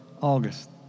August